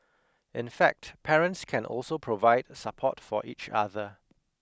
in fact parents can also provide support for each other